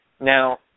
Now